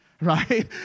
right